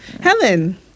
Helen